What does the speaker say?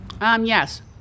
Yes